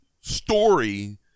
story